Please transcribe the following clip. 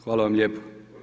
Hvala vam lijepo.